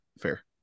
Fair